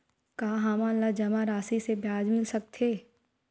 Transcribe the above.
का हमन ला जमा राशि से ब्याज मिल सकथे?